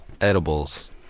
Edibles